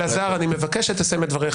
אלעזר, אני מבקש שתסיים את דבריך.